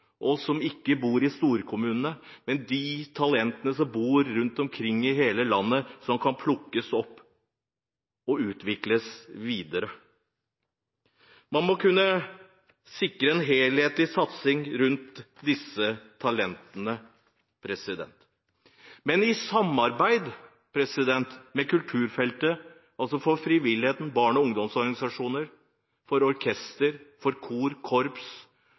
og som ikke bor i storkommunene – men de talentene som bor rundt omkring i hele landet som kan plukkes opp og utvikles videre. Man må kunne sikre en helhetlig satsing på disse talentene – i samarbeid med aktører på kulturfeltet, som frivillige barne- og ungdomsorganisasjoner for orkester, for kor, for korps